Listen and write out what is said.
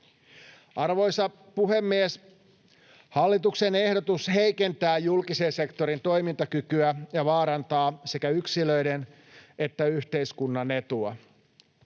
Arvoisa puhemies! Hallituksen ehdotus heikentää julkisen sektorin toimintakykyä ja vaarantaa sekä yksilöiden että yhteiskunnan etua.